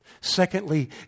Secondly